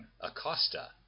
Acosta